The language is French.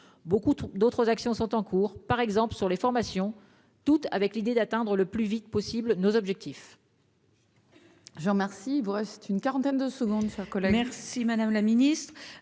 Beaucoup d'autres actions sont en cours, par exemple sur les formations, toutes sous-tendues par l'idée d'atteindre le plus vite possible nos objectifs.